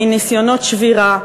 מניסיונות שבירה,